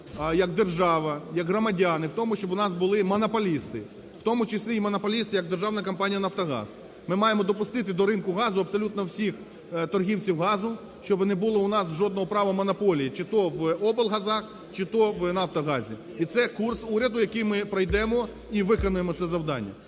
як держава, як громадяни в тому, щоб у нас були монополісти, в тому числі в монополіст, як державна компанія "Нафтогаз". Ми маємо допустити до ринку газу абсолютно всіх торгівців газу, щоб не було у нас жодного права монополії чи то облгазу, чи то в "Нафтогазі". І це курс уряду, який ми пройдемо і виконаємо це завдання.